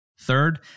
Third